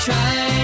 try